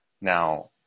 Now